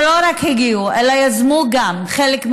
שלא רק הגיעו אלא גם יזמו חלק מהדיונים,